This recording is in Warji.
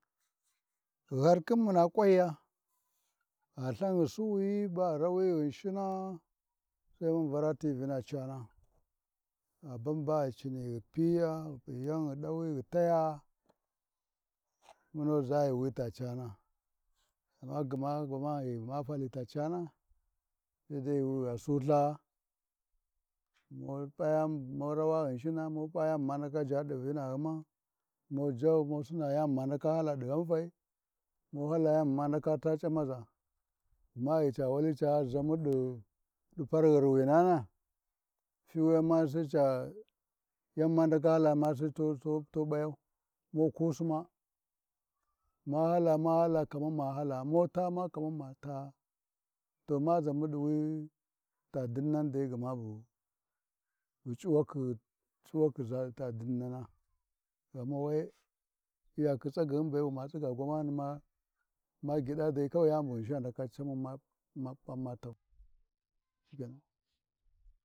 Har ba muna kwanya, gha Lthau ghi Suwiyi baghi rawi Ghinshina Sai mun Vara ti Vina Cana, gha ban ba ghi cini ghi Piya yau ghi ɗawa ghi taya munu ʒa ɗi wita cana, amma gwamana ghi ma fali ta cana, Saidai yuuwi gha Sultha, mu ɓaya-mu-rawa Ghishina muɓa yan ma ndaka ʒha ɗi Vinaghima mu ʒhau, mu sing yi ni bu ma ndaka hala ɗi ghinfai, mu hala yan ma ndaka taa c’amaza j gma ghi ca wali ca ʒamuɗi par ghirwinana, fi wiyi Saima ta yani bu ma ndaka hala Sai tu ɓayau, wuku-si ma, ma hala, ma hala, kamar ma halaa, mu tama kaman ma taa, to ma ʒamuɗi wi ta dinnandai gma bu C’uwakhi C’uwakhi ʒi ta dinnan ghama we iyakhi tsagyi be wi ma tsiga gwana ni ma gyiɗa dai yani bu Ghninshin ndaka camu ma P’a ma tau Shikenan.